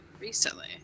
recently